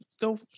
go